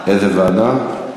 איזו ועדה?